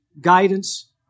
guidance